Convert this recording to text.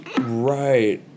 Right